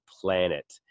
planet